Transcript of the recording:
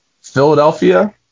philadelphia